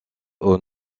aux